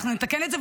אנחנו נתקן את זה,